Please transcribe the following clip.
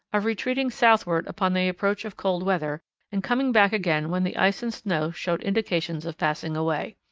of retreating southward upon the approach of cold weather and coming back again when the ice and snow showed indications of passing away.